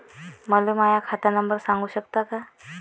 मले माह्या खात नंबर सांगु सकता का?